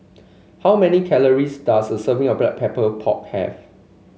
how many calories does a serving of Black Pepper of pork have